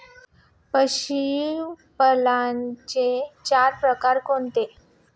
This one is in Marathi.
पशुपालनाचे चार प्रकार कोणते?